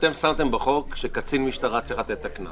שאתם כתבתם בהצעת החוק שקצין משטרה צריך לתת את הקנס.